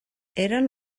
eren